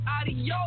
Adios